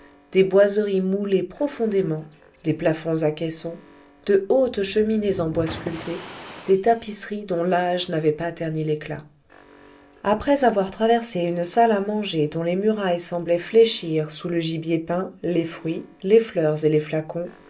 des boiseries moulées profondément des plafonds à caissons de hautes cheminées en bois sculpté des tapisseries dont l'âge n'avait pas terni l'éclat après avoir traversé une salle à manger dont les murailles semblaient fléchir sous le gibier peint les fruits les fleurs et les flacons